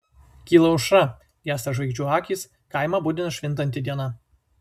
kyla aušra gęsta žvaigždžių akys kaimą budina švintanti diena